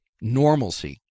normalcy